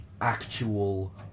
actual